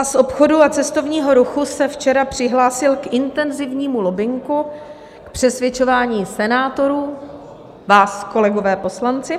Svaz obchodu a cestovního ruchu se včera přihlásil k intenzivnímu lobbingu, přesvědčování senátorů, vás, kolegové poslanci.